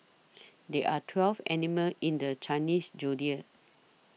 there are twelve animals in the Chinese zodiac